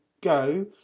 go